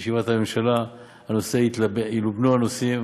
בישיבת הממשלה ילובנו הנושאים